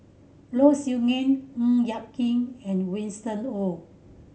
Low Siew Nghee Ng Yak Whee and Winston Oh